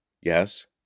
Yes